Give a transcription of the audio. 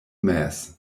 mass